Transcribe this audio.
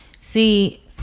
See